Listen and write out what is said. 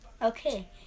Okay